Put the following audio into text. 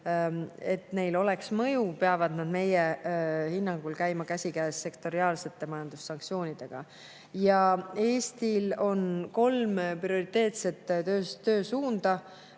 oleks mõju, peaksid nad meie hinnangul käima käsikäes sektoriaalsete majandussanktsioonidega. Eestil on kolm prioriteetset töösuunda: